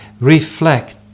reflect